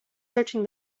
searching